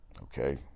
Okay